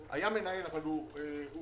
התפקיד של המנהל הוא לנהל את אתר הרשב"י.